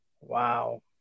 Wow